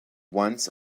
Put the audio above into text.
once